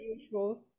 usual